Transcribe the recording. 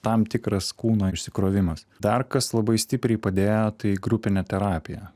tam tikras kūno išsikrovimas dar kas labai stipriai padėjo tai grupinė terapija